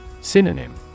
Synonym